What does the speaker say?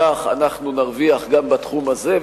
כך נרוויח גם בתחום הזה.